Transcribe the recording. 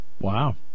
Wow